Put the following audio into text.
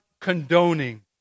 condoning